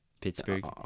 Pittsburgh